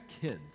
kids